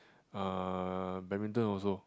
uh badminton also